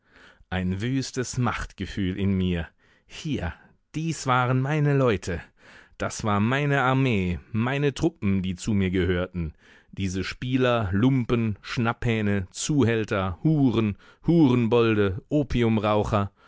ein wüstes machtgefühl in mir hier dies waren meine leute das war meine armee meine truppen die zu mir gehörten diese spieler lumpen schnapphähne zuhälter huren hurenbolde